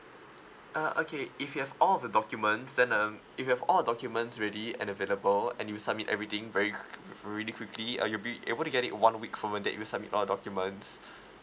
uh okay if you have all the documents then um if you've all the documents ready and available and you'd submit everything very quickly really quickly uh you'll be able to get it one week from the date that you submit all your documents